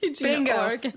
bingo